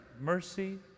mercy